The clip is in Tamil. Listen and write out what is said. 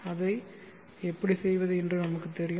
அதை எப்படி செய்வது என்று நமக்கு தெரியும்